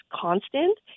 constant